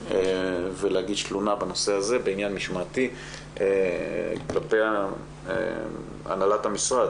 ולהגיש תלונה בנושא הזה בעניין משמעתי כלפי הנהלת המשרד.